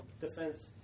defense